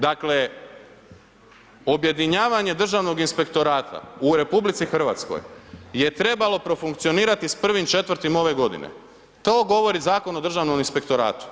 Dakle objedinjavanje državnog inspektorata u RH je trebalo profunkcionirati sa 1.4. ove godine, to govori Zakon o Državnom inspektoratu.